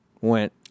went